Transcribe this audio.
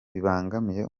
bibangamiye